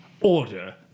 order